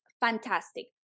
fantastic